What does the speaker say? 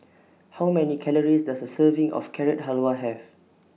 How Many Calories Does A Serving of Carrot Halwa Have